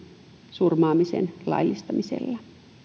surmaamisen laillistamisella